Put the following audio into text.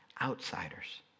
outsiders